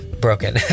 broken